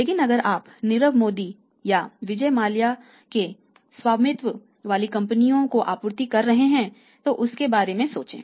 लेकिन अगर आप नीरव मोदी और विजय माल्या के स्वामित्व वाली कंपनियों को आपूर्ति कर रहे हैं तो उसके बारे में सोचें